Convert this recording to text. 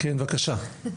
בבקשה.